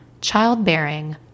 childbearing